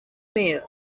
mayor